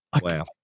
Wow